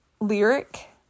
lyric